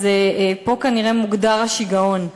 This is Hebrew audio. אז פה כנראה מוגדר השיגעון.